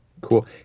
Cool